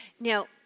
Now